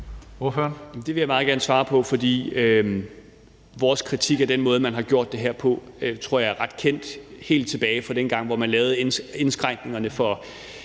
Det vil jeg meget gerne svare på. For vores kritik af den måde, man har gjort det her på, tror jeg er ret kendt, helt tilbage fra dengang, hvor man lavede indskrænkningerne,